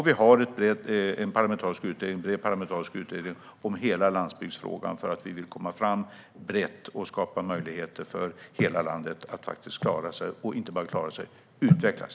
Vi har en bred parlamentarisk utredning om hela landsbygdsfrågan, för vi vill komma fram brett och skapa möjligheter för hela landet att klara sig - och inte bara klara sig utan utvecklas.